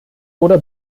oder